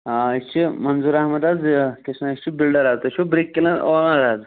آ أسۍ چھِ مَنظوٗر احمد حظ یہِ کیٛاہ چھِ اتھ وَنان أسۍ چھِ بِلڈر حظ تُہۍ چھُو برٛک کِلن اونَر